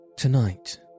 Tonight